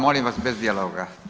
Molim vas bez dijaloga.